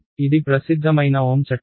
ఇది ప్రసిద్ధమైన ఓమ్ చట్టం